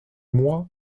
moi